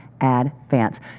advance